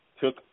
took